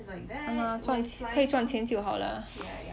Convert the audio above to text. !hanna! 可以赚钱就好啦